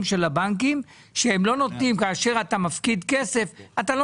של הבנקים שהם לא נותנים כאשר אתה מפקיד כסף אתה לא